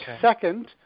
second